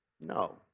No